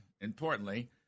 importantly